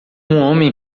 homem